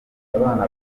abana